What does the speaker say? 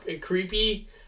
creepy